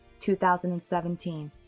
2017